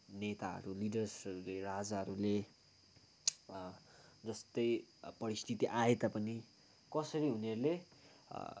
नेताहरू लिडर्सहरूले राजाहरूले जस्तै परिस्थिति आए तापनि कसरी उनीहरूले